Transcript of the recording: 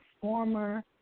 former